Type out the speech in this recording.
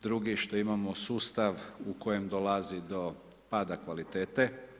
Drugi, što imamo sustav u kojem dolazi do pada kvalitete.